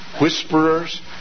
whisperers